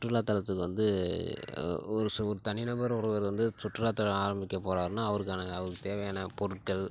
சுற்றுலாத்தலத்துக்கு வந்து ஒரு சு ஒரு தனி நபர் ஒருவர் வந்து சுற்றுலாத்தலம் ஆரம்பிக்கப் போறாருன்னால் அவருக்கான அவருக்கு தேவையான பொருட்கள்